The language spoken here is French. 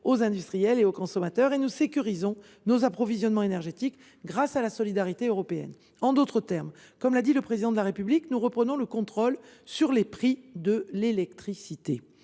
de l’électricité sur le long terme ; nous sécurisons nos approvisionnements énergétiques grâce à la solidarité européenne. En d’autres termes, comme l’a déclaré le Président de la République, nous reprenons le contrôle sur les prix de l’électricité.